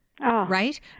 Right